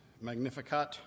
Magnificat